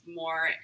more